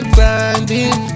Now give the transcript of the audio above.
Grinding